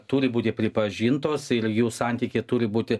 turi būti pripažintos ir jų santykiai turi būti